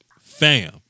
Fam